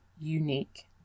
unique